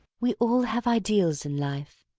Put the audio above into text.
we all have ideals in life.